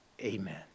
Amen